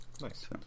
nice